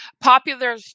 Popular